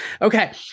okay